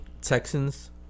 Texans